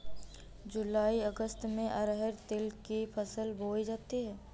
जूलाई अगस्त में अरहर तिल की फसल बोई जाती हैं